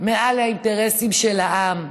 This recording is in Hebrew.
מעל האינטרסים של העם,